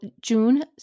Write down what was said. June